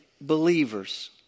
believers